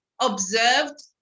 observed